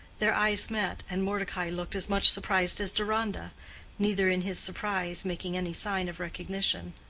their eyes met, and mordecai looked as much surprised as deronda neither in his surprise making any sign of recognition.